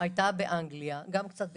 הייתה באנגליה וקצת בצרפת,